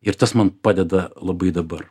ir tas man padeda labai dabar